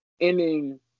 ending